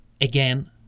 again